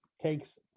takes